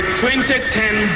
2010